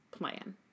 plan